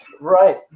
Right